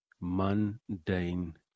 mundane